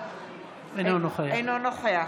אינו נוכח